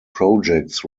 projects